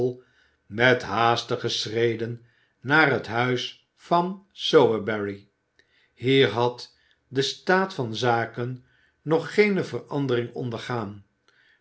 met haastige schreden naar het huis van sowerberry hier had de staat van zaken nog geene verandering ondergaan